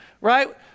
right